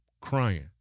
crying